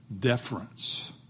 deference